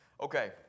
Okay